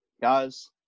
Guys